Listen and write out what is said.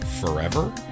forever